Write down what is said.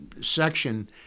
section